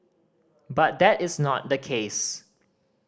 but that is not the case